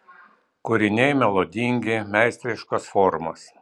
kūriniai melodingi meistriškos formos